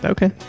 Okay